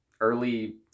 early